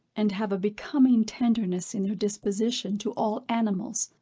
and have a becoming tenderness in their disposition to all animals,